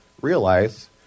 realize